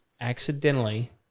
accidentally